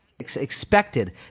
Expected